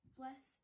bless